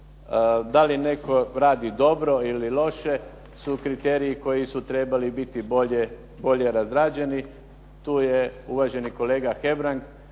da li netko radi dobro ili loše su kriteriji koji su trebali biti bolje razrađeni. Tu je uvaženi kolega Hebrang,